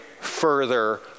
further